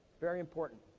very important.